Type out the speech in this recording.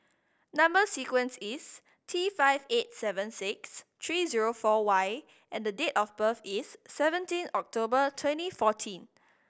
number sequence is T five eight seven six three zero four Y and date of birth is seventeen October twenty fourteen